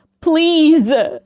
please